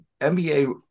NBA